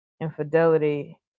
infidelity